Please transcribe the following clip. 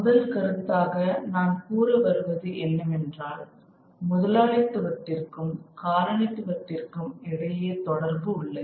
முதல் கருத்தாக நான் கூற வருவது என்னவென்றால் முதலாளித்துவத்திற்கும் காலனித்துவத்திற்கும் இடையே தொடர்பு உள்ளது